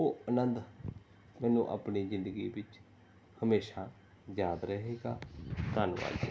ਉਹ ਆਨੰਦ ਮੈਨੂੰ ਆਪਣੀ ਜ਼ਿੰਦਗੀ ਵਿੱਚ ਹਮੇਸ਼ਾ ਯਾਦ ਰਹੇਗਾ ਧੰਨਵਾਦ